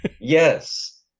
Yes